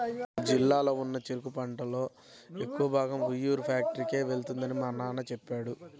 మా జిల్లాలో ఉన్న చెరుకు పంటలో ఎక్కువ భాగం ఉయ్యూరు ఫ్యాక్టరీకే వెళ్తుందని మా నాన్న చెప్పాడు